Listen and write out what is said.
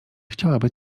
chciałaby